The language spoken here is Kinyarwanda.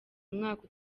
umwaka